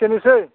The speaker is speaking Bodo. बेसेनसै